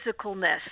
physicalness